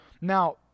now